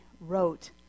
wrote